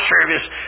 service